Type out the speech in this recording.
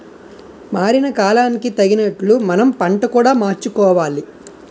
మారిన కాలానికి తగినట్లు మనం పంట కూడా మార్చుకోవాలి